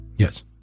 Yes